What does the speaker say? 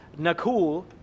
Nakul